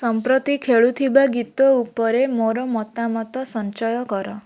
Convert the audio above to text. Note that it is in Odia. ସମ୍ପ୍ରତି ଖେଳୁଥିବା ଗୀତ ଉପରେ ମୋର ମତାମତ ସଞ୍ଚୟ କର